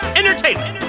entertainment